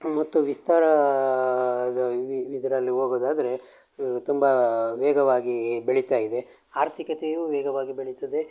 ಮತ್ತು ವಿಸ್ತಾರ ಆದ ಇದರಲ್ಲಿ ಹೋಗೊದಾದ್ರೆ ತುಂಬ ವೇಗವಾಗಿ ಬೆಳೀತಾ ಇದೆ ಆರ್ಥಿಕತೆಯು ವೇಗವಾಗಿ ಬೆಳೀತದೆ